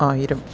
ആയിരം